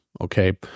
Okay